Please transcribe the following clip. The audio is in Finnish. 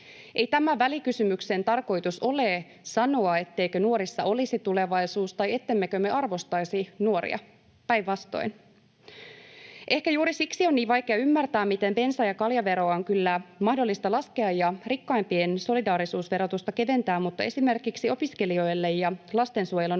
Ei tämän välikysymyksen tarkoitus ole sanoa, etteikö nuorissa olisi tulevaisuus tai ettemmekö me arvostaisi nuoria, päinvastoin. Ehkä juuri siksi on niin vaikea ymmärtää, miten bensa- ja kaljaveroa on kyllä mahdollista laskea ja rikkaimpien solidaarisuusverotusta keventää, mutta esimerkiksi opiskelijoille ja lastensuojelun